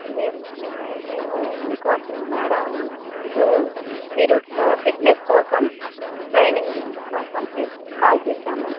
మేము మేము మీకోసం మేడమ్ మీకు మీకు మీరు ఫిట్నెస్ కోసం ట్రైనింగ్ కోసం మేము కాల్ చేశాము